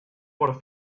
por